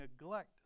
neglect